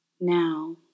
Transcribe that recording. Now